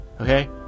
Okay